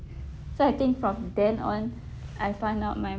so I think from then on I found out my